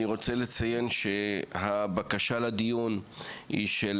אני רוצה לציין שהבקשה לדיון היא של